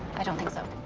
i don't think so.